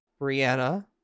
Brianna